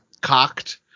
cocked